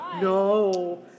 no